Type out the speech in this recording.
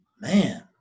Man